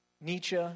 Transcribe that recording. Nietzsche